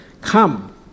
come